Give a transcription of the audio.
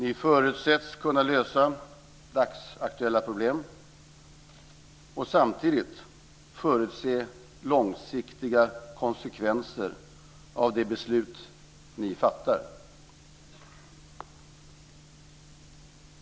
Ni förutsätts kunna lösa dagsaktuella problem och samtidigt förutse långsiktiga konsekvenser av de beslut ni fattar.